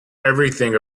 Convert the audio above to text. everything